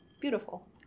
beautiful